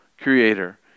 creator